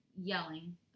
yelling